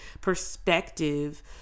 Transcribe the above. perspective